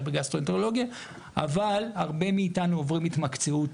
בגסטרואנטרולוגיה אבל הרבה מאתנו עוברים התמקצעות